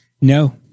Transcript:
No